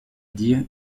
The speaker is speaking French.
dire